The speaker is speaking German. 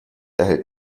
erhält